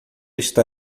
está